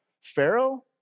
Pharaoh